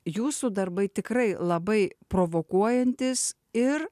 jūsų darbai tikrai labai provokuojantys ir